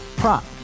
prop